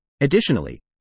additionally